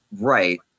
Right